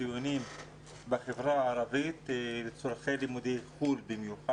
הציונים בחברה הערבית במיוחד לצורכי לימודים בחוץ לארץ.